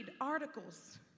articles